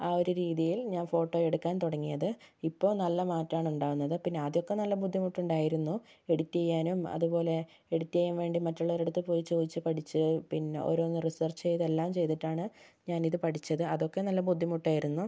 ആ ഒരു രീതിയിൽ ഞാൻ ഫോട്ടോയെടുക്കാൻ തുടങ്ങിയത് ഇപ്പോൾ നല്ല മാറ്റമാണ് ഉണ്ടാവുന്നത് പിന്നെ ആദ്യമൊക്കെ നല്ല ബുദ്ധിമുട്ടുണ്ടായിരുന്നു എഡിറ്റെയ്യാനും അതുപോലെ എഡിറ്റെയ്യാൻ വേണ്ടി മറ്റുള്ളവരുടെ അടുത്ത് പോയി ചോദിച്ചു പഠിച്ച് പിന്നെ ഓരോന്ന് റിസർച്ചെയ്ത് എല്ലാം ചെയ്തിട്ടാണ് ഞാനിത് പഠിച്ചത് ആതൊക്കെ നല്ല ബുദ്ധിമുട്ടായിരുന്നു